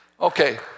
Okay